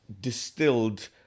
distilled